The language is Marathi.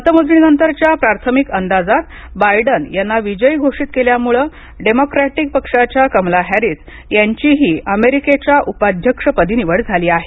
मतमोजणीनंतरच्या प्राथमिक अंदाजात बायडन यांना विजयी घोषित केल्यामुळे डेमोक्रॅटिक पक्षाच्या कमला हॅरीस यांचीही अमेरिकेच्या उपाध्यक्षपदी निवड झाली आहे